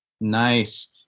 Nice